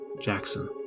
Jackson